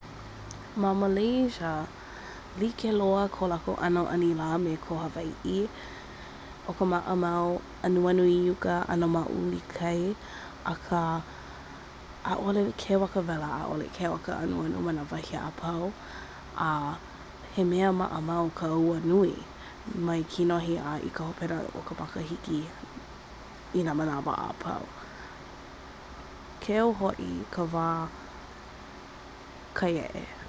Ma Malaysia like loa ko kākou ʻanilā me ko Hawaiʻi. ʻO ka maʻamau anuanu i uka a maʻū i kai. Akā, ʻaʻole keu a ka wela, ʻaʻole keu a ka anuanu ma nā wahi a pau. A he mea maʻamau ka ua he nui mai kīnohi ā i ka hōpena o ka makahiki inā mānawa a pau. Keu hoʻi ka wā kai ʻeʻe.